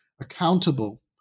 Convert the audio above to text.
accountable